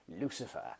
Lucifer